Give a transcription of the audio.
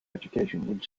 education